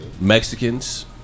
Mexicans